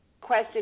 question